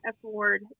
afford